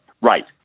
Right